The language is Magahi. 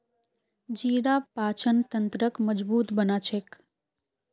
जीरा पाचन तंत्रक मजबूत बना छेक